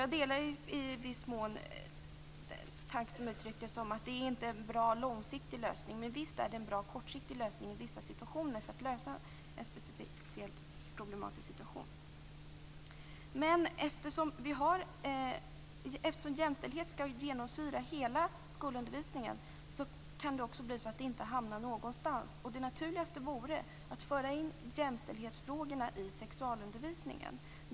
Jag delar i viss mån tanken att det är inte en bra långsiktig lösning, men det är en bra kortsiktig lösning i vissa lägen för att lösa en speciellt problematisk situation. Eftersom jämställdhet skall genomsyra hela skolundervisningen kan det också bli så att den inte hamnar någonstans. Det naturligaste vore att föra in jämställdhetsfrågorna i sexualundervisningen.